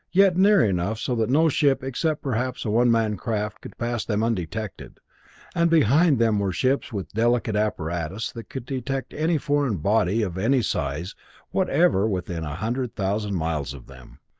yet near enough so that no ship except perhaps a one-man craft could pass them undetected and behind them were ships with delicate apparatus that could detect any foreign body of any size whatever within a hundred thousand miles of them.